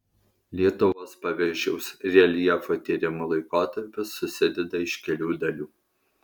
lietuvos paviršiaus reljefo tyrimų laikotarpis susideda iš kelių dalių